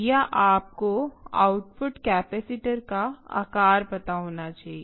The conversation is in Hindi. या आपको आउटपुट कैपेसिटर का आकार पता होना चाहिए